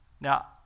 Now